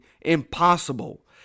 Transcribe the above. impossible